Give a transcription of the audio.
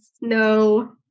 No